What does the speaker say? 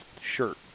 shirt